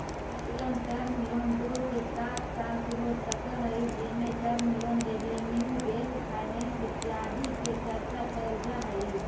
medium term loan दो से सात साल के हो सकऽ हई जेमें term loan revenue based finance इत्यादि के चर्चा कैल जा हई